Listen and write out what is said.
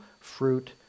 fruit